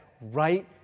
right